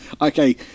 Okay